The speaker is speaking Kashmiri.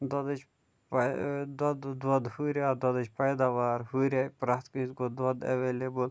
دۄدھٕچۍ پَے ٲں دۄدھہٕ دۄدھ ہُریاو دۄدھٕچۍ پیداوار ہُریاے پرٛیٚتھ کٲنٛسہِ گوٚو دۄدھ ایٚولیبٕل